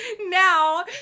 now